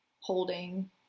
holding